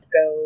go